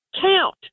count